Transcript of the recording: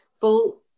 full